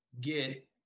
get